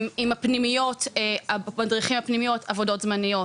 עם הפנימיות, המדריכים בפנימיות, עבודות זמניות.